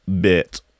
bit